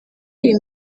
iyi